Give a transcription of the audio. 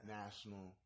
national